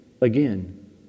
again